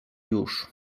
już